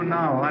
now